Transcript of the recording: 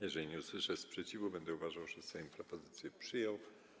Jeżeli nie usłyszę sprzeciwu, będę uważał, że Sejm propozycję przyjął.